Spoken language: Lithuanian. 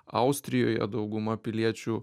austrijoje dauguma piliečių